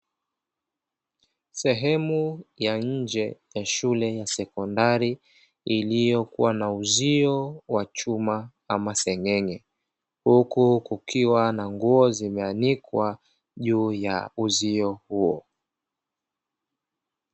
Sehemu ya nje ya shule ya sekondari iliyokuwa na uzio wa chuma ama senyenge, huku kukiwa na nguo zimeanikwa juu ya uzio huo.